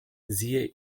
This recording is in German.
siehe